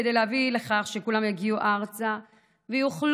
כדי להביא לכך שכולם יגיעו ארצה ויוכלו